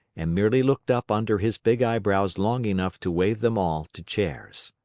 and merely looked up under his big eyebrows long enough to wave them all to chairs.